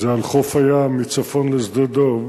זה על חוף הים מצפון לשדה-דב,